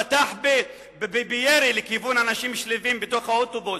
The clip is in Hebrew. פתח בירי לכיוון אנשים שלווים בתוך אוטובוס.